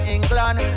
England